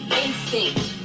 instinct